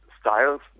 styles